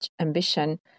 ambition